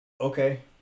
Okay